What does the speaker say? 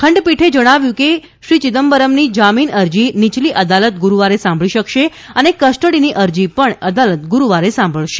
ખંડપીઠે જણાવ્યું કે શ્રી ચિદમ્બરમની જામીન અરજી નીચલી અદાલતે ગુરૂવારે સાંભળી શકશે અને કસ્ટડીની અરજી પણ અદાલતે ગુરૂવારે સાંભળશે